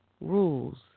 rules